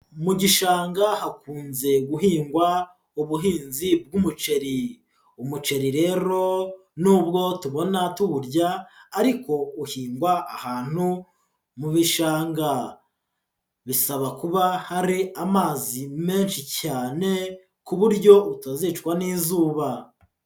Mu gishanga hakunze guhingwa ubuhinzi bw'umuceri, umuceri rero nubwo tubona tuwurya ariko uhingwa ahantu mu bishanga, bisaba kuba hari amazi menshi cyane ku buryo utazicwa n'izuba.